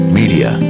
media